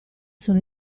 sono